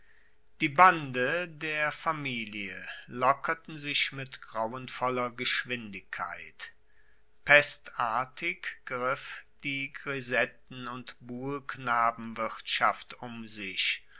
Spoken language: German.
die bande der familie lockerten sich mit grauenvoller geschwindigkeit pestartig griff die grisetten und buhlknabenwirtschaft um sich